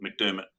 McDermott